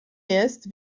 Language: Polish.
jest